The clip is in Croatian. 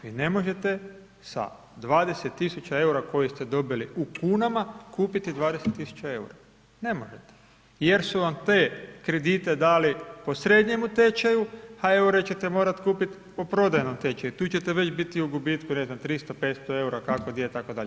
Vi ne možete sa 20 tisuća eura koji ste dobili u kunama, kupiti 20 tisuća eura, ne možete, jer su vam te kredite dali po srednjemu tečaju, a eure ćete morati kupiti po prodajnom tečaju i tu ćete već biti u gubitku, ne znam 300-500 eura, kako gdje, tako dalje.